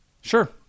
Sure